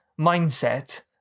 mindset